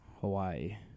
Hawaii